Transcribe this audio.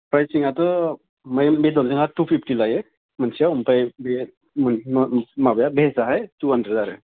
प्रायसिंआथ' बै बेदरजोङा थु फिफ्टि लायो मोनसेयाव ओमफ्राय बे माबाया भेजआहाय थु हानड्रेड आरो